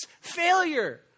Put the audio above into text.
Failure